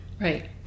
Right